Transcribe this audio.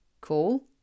cool